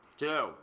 two